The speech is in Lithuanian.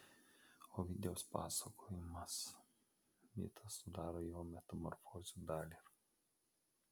ovidijaus pasakojamas mitas sudaro jo metamorfozių dalį